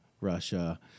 Russia